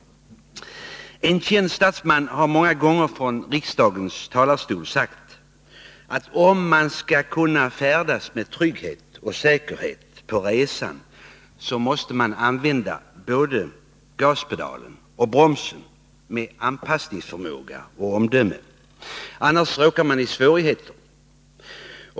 En känd statsman har många gånger från riksdagens talarstol sagt att man, om man skall kunna färdas med trygghet och säkerhet på resan, måste använda både gaspedalen och bromsen med anpassningsförmåga och omdöme, annars råkar man i svårigheter.